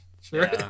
Sure